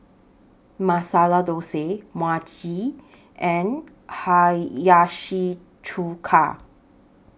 Masala Dosa Mochi and Hiyashi Chuka